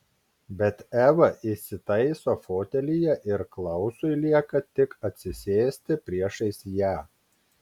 bet eva įsitaiso fotelyje ir klausui lieka tik atsisėsti priešais ją